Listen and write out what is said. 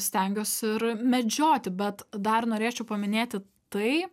stengiuos ir medžioti bet dar norėčiau paminėti tai